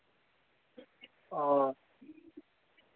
हां